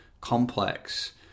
complex